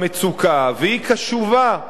למצוקה והיא קשובה למחאה,